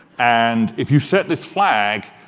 and if you set this flag,